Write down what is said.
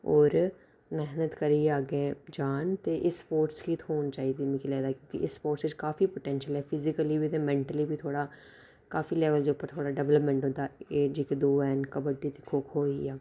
होर मेह्नत करियै अग्गें जाह्न ते इस च स्पोर्टस गी थ्होने चाहिदे मिकी लगदा इस स्पोर्टस च काफी पोटैंशियल ऐ फिजीकली बी ते मैंटली बी थोह्ड़ा बड़ा काफी लेवल जेह्का डैवपलमैंट दा एह् जेह्के दो हैन कबड्डी खो खो होई आ